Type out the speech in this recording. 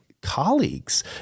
colleagues